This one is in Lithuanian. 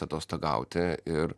atostogauti ir